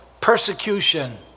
persecution